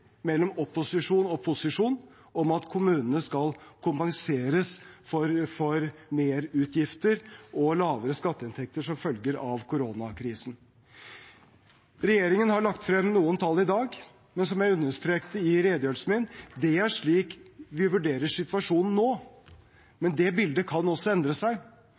mellom opposisjon og posisjon om at kommunene skal kompenseres for merutgifter og lavere skatteinntekter som følger av koronakrisen. Regjeringen har lagt frem noen tall i dag, men som jeg understreket i redegjørelsen min: Det er slik vi vurderer situasjonen nå, men det bildet kan også endre seg.